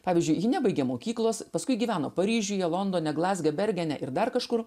pavyzdžiui ji nebaigė mokyklos paskui gyveno paryžiuje londone glazge bergene ir dar kažkur